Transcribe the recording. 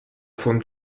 von